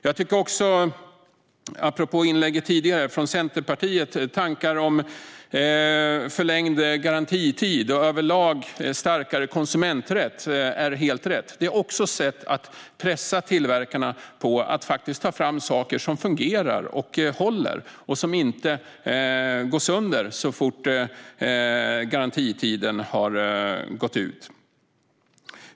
Låt mig säga något apropå det tidigare inlägget från Centerpartiet om tankar om förlängd garantitid och överlag starkare konsumenträtt. Det är helt rätt. Det är också ett sätt att pressa tillverkarna att ta fram saker som fungerar och håller, som inte går sönder så fort garantitiden har gått ut.